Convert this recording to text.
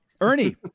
ernie